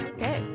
Okay